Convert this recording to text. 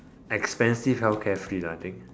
expensive healthcare free lah I think